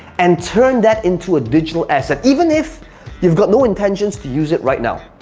and turn that into a digital asset even if you've got no intentions to use it right now?